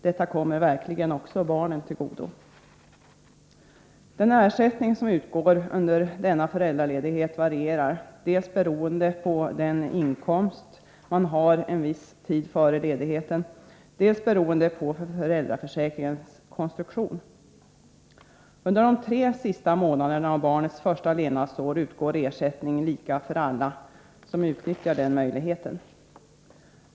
Detta kommer verkligen också barnen till godo. Den ersättning som utgår under denna föräldraledighet varierar, dels beroende på den inkomst man har en viss tid före ledigheten, dels beroende på föräldraförsäkringens konstruktion. Under de tre sista månaderna av barnets första levnadsår utgår ersättning lika för alla som utnyttjar den möjligheten.